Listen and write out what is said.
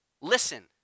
listen